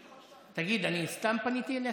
תגיד, אני סתם פניתי אליך?